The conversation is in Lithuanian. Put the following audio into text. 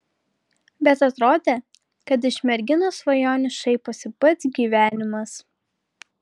bet atrodė kad iš merginos svajonių šaiposi pats gyvenimas